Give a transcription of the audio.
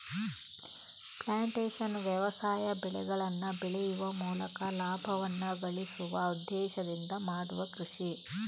plantation ವ್ಯವಸಾಯ ಬೆಳೆಗಳನ್ನ ಬೆಳೆಯುವ ಮೂಲಕ ಲಾಭವನ್ನ ಗಳಿಸುವ ಉದ್ದೇಶದಿಂದ ಮಾಡುವ ಕೃಷಿ